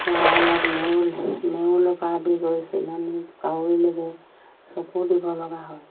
গঁৰালত নেউল নেউলৰপৰা আদি কৰি চিলনী কাউৰীলৈকে চকু দিব লগা হয়